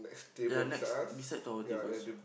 ya next beside to our tables